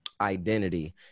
identity